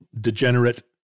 degenerate